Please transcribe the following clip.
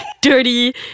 dirty